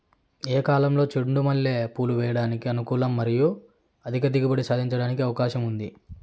ఏ కాలంలో చెండు మల్లె పూలు వేయడానికి అనుకూలం మరియు అధిక దిగుబడి సాధించడానికి అవకాశం ఉంది?